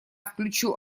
включу